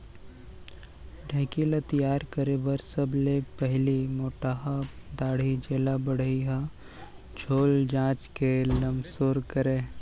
ढेंकी ल तियार करे बर सबले पहिली मोटहा डांड़ी जेला बढ़ई ह छोल चांच के लमसोर करय